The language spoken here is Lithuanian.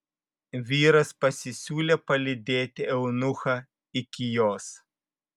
vyras pasisiūlė palydėti eunuchą iki jos